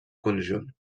conjunt